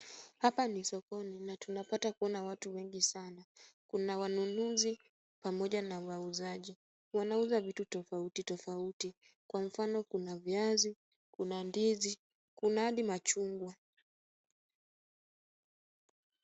Hapa ni sokoni na tunapata kuona watu wengi sana. Kuna wanunuzi pamoja na wauzaji wanauza vitu tofauti tofauti. Kwa mfano, kuna viazi, kuna ndizi, kuna hadi machungwa.